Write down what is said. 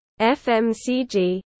FMCG